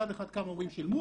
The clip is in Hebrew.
מצד אחד כמה הורים שילמו,